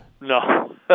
No